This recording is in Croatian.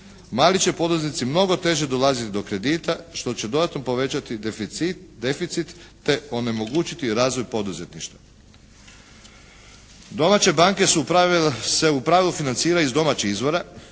Mali će poduzetnici mnogo teže dolaziti do kredita što će dodatno povećati deficit, te onemogućiti razvoj poduzetništva. Domaće banke se u pravilu financiraju iz domaćih izvora